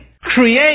create